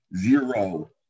zero